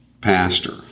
pastor